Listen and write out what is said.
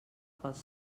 pels